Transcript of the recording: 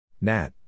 Nat